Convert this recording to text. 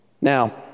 Now